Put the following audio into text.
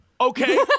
Okay